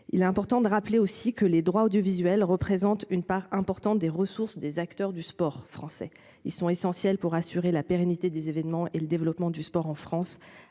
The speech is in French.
il est important de rappeler aussi que les droits audiovisuels représentent une part importante des ressources des acteurs du sport français, ils sont essentiels pour assurer la pérennité des événements et le développement du sport en France,